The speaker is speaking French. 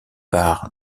par